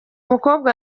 mukobwa